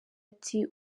ati